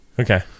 Okay